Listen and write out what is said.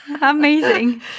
Amazing